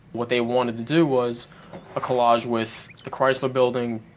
what they wanted to do was a collage with the chrysler building,